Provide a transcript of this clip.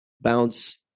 bounce